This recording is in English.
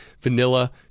vanilla